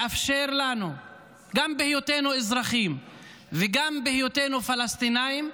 גם בהיותנו אזרחים וגם בהיותנו פלסטינים,